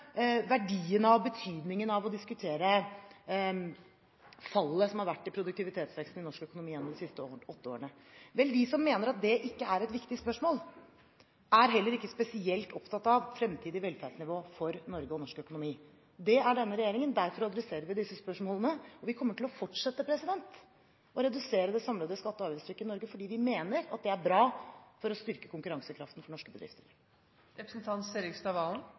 verdien av og betydningen av å diskutere fallet som har vært i produktivitetsveksten i norsk økonomi gjennom de siste åtte årene. Vel, de som mener at det ikke er et viktig spørsmål, er heller ikke spesielt opptatt av fremtidig velferdsnivå for Norge og norsk økonomi. Det er denne regjeringen. Derfor adresserer vi disse spørsmålene, og vi kommer til å fortsette å redusere det samlede skatte- og avgiftstrykket i Norge, fordi vi mener at det er bra for å styrke konkurransekraften for norske